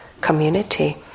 community